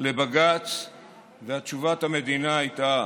לבג"ץ ותשובת המדינה הייתה